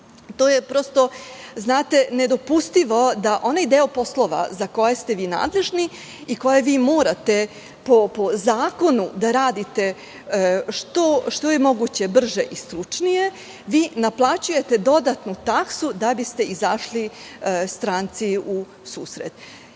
To je prosto nedopustivo, da onaj deo poslova za koje ste vi nadležni i koje vi morate po zakonu da radite što je moguće brže i stručnije, vi naplaćujete dodatnu taksu da biste izašli stranci u susret. Dobro